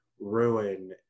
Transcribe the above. ruin